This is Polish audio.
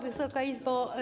Wysoka Izbo!